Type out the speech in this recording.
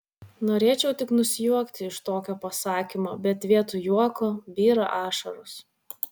norėčiau tik nusijuokti iš tokio pasakymo bet vietoj juoko byra ašaros